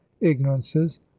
ignorances